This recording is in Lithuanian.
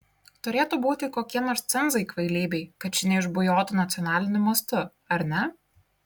turėtų būti kokie nors cenzai kvailybei kad ši neišbujotų nacionaliniu mastu ar ne